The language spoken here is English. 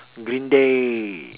green day